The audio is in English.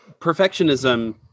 perfectionism